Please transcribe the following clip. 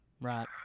Right